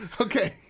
Okay